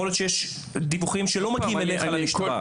יכול להיות שיש דיווחים שלא מגיעים אליך למשטרה.